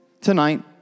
tonight